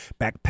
backpack